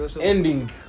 ending